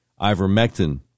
ivermectin